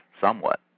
somewhat